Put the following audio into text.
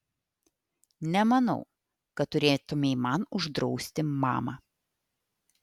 nemanau kad turėtumei man uždrausti mama